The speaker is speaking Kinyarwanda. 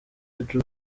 juppé